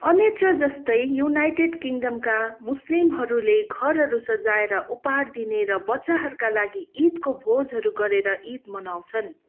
अन्यत्र जस्तै युनाइटेड किङ्गडमका मुस्लिमहरूले घरहरू सजाएर उपाहार दिने र बच्चाहरूका लागि ईदको भोजहरू गरेर ईद मनाउँछन्